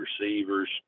receivers